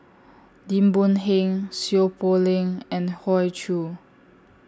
Lim Boon Heng Seow Poh Leng and Hoey Choo